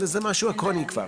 אלא שזה משהו אייקוני כבר.